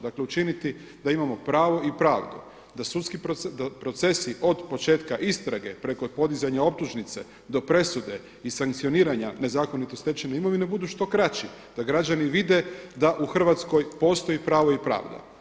Dakle, učiniti da imam pravo i pravdu, da procesi od početka istrage preko podizanja optužnice do presude i sankcioniranja nezakonito stečene imovine budu što kraći, da građani vide da u Hrvatskoj postoji pravo i pravda.